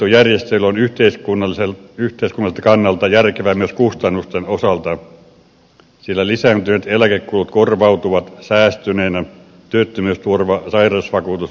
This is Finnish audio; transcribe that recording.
ehdotettu järjestely on yhteiskunnan kannalta järkevä myös kustannusten osalta sillä lisääntyneet eläkekulut korvautuvat säästyneinä työttömyysturva sairausvakuutus ynnä muuta